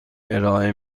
ارائه